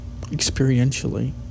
experientially